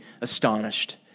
astonished